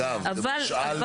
ואגב זה